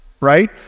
right